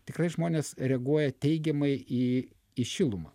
tikrai žmonės reaguoja teigiamai į į šilumą